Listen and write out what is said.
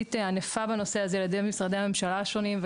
ממשלתית ענפה בנושא הזה על ידי משרדי הממשלה השונים,